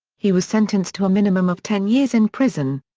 he was sentenced to a minimum of ten years in prison.